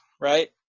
right